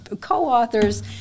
co-authors